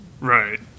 Right